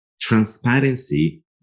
transparency